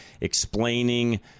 explaining